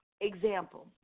example